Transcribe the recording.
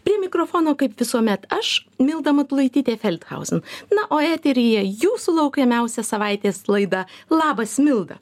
prie mikrofono kaip visuomet aš milda matulaitytė feldhausen na o eteryje jūsų laukiamiausia savaitės laida labas milda